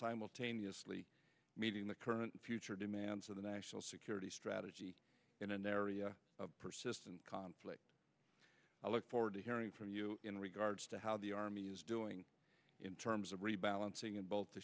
simultaneously meeting the current and future demands of the national security strategy in an area of persistent conflict i look forward to hearing from you in regards to how the army is doing in terms of rebalancing in both t